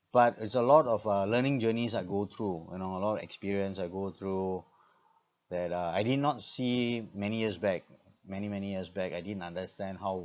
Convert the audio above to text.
but it's a lot of uh learning journeys I go through you know a lot of experience I go through that uh I did not see many years back many many years back I didn't understand how